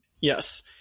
Yes